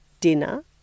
dinner